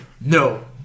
No